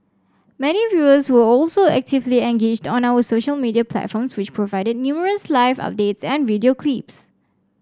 many viewers were also actively engaged on our social media platforms which provided numerous live updates and video clips